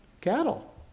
Cattle